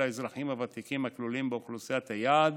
לאזרחים הוותיקים הכלולים באוכלוסיית היעד